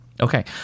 Okay